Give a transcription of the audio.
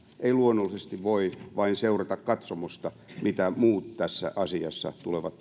ei luonnollisesti voi vain seurata katsomosta miten muut tässä asiassa tulevat